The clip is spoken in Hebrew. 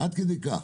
עד כדי כך.